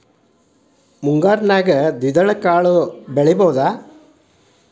ಮುಂಗಾರಿನಲ್ಲಿ ದ್ವಿದಳ ಕಾಳುಗಳು ಬೆಳೆತೈತಾ?